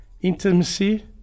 intimacy